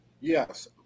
Yes